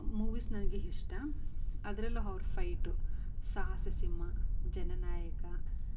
movies ನನಗೆ ಇಷ್ಟ ಅದರಲ್ಲೂ ಅವ್ರ್ ಫೈಟು ಸಾಹಸ ಸಿಂಹ ಜನನಾಯಕ